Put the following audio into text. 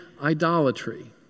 idolatry